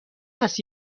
است